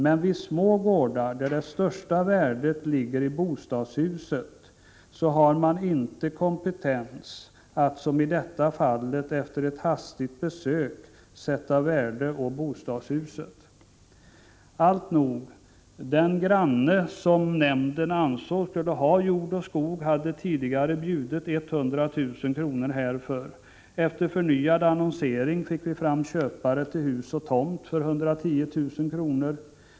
Men vid små gårdar, där det största värdet ligger i bostadshuset, har man inte kompetens att — som i detta fall — efter ett hastigt besök sätta värde på bostadshuset. Alltnog, den granne som nämnden ansåg skulle ha jord och skog hade tidigare bjudit 100 000 kr. härför. Efter förnyad annonsering fick man fram en köpare till hus och tomt som var villig att betala 110 000 kr.